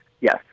yes